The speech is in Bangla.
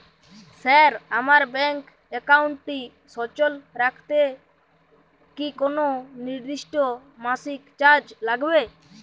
স্যার আমার ব্যাঙ্ক একাউন্টটি সচল রাখতে কি কোনো নির্দিষ্ট মাসিক চার্জ লাগবে?